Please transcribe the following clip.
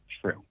true